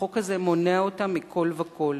החוק הזה מונע אותה מכול וכול.